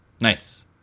Nice